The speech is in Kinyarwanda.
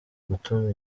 gutuma